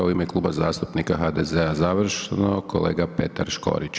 U ime Kluba zastupnika HDZ-a završno kolega Petar Škorić.